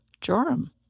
Joram